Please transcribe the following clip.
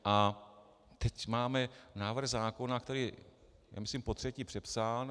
A teď máme návrh zákona, který je myslím potřetí přepsán.